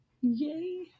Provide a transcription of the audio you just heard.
Yay